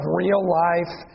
real-life